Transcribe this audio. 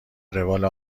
روال